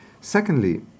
Secondly